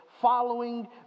following